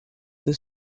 the